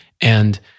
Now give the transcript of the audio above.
And-